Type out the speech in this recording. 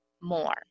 more